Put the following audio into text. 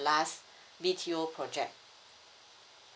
last B_T_O project